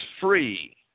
free